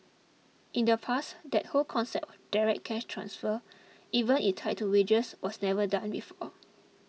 in the past that whole concept direct cash transfers even if tied to wages was never done before